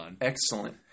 Excellent